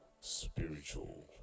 Spiritual